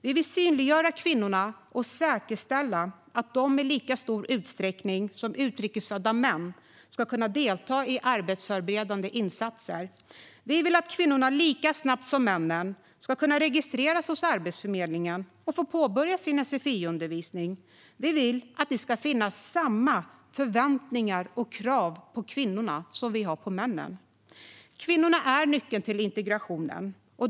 Vi vill synliggöra kvinnorna och säkerställa att de i lika stor utsträckning som utrikesfödda män ska kunna delta i arbetsförberedande insatser. Vi vill att kvinnorna lika snabbt som männen ska kunna registreras hos Arbetsförmedlingen och få påbörja sin sfi-undervisning. Vi vill att det ska finnas samma förväntningar och krav på kvinnorna som på männen. Kvinnorna är nyckeln till integrationen.